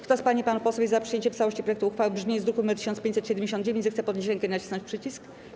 Kto z pań i panów posłów jest za przyjęciem w całości projektu uchwały w brzmieniu z druku nr 1579, zechce podnieść rękę i nacisnąć przycisk.